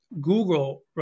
Google